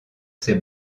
ses